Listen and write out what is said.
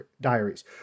Diaries